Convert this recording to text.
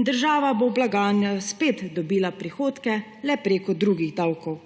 in država bo v blagajno spet dobila prihodke, le prek drugih davkov.